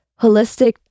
holistic